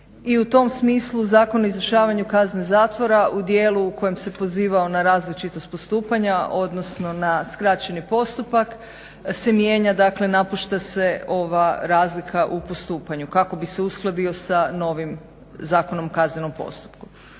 i u tom smislu Zakon o izvršavanju kazne zatvora u dijelu u kojem se pozivao na različitost postupanja odnosno na skraćeni postupak se mijenja, dakle napušta se ova razlika u postupanju kako bi se uskladio sa novim Zakonom o kaznenom postupku.